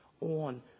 on